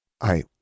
I—